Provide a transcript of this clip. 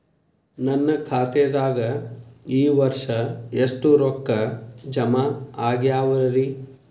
ನನ್ನ ಖಾತೆದಾಗ ಈ ವರ್ಷ ಎಷ್ಟು ರೊಕ್ಕ ಜಮಾ ಆಗ್ಯಾವರಿ?